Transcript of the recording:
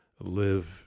live